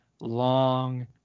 long